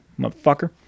motherfucker